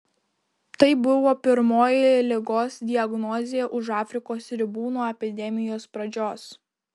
tai buvo pirmoji ligos diagnozė už afrikos ribų nuo epidemijos pradžios